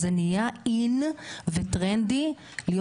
והדרך לעשות אותה הייתה צריכה להיות במקצועיות,